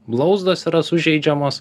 blauzdos yra sužeidžiamos